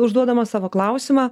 užduodama savo klausimą